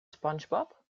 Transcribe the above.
spongebob